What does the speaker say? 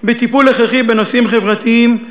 בטיפול הכרחי בנושאים חברתיים,